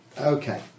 Okay